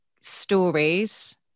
stories